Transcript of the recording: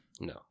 No